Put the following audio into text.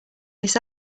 this